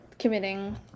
committing